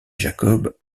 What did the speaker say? jacob